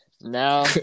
now